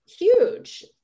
huge